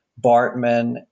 Bartman